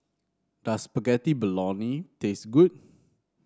does Spaghetti Bolognese taste good